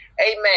amen